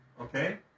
okay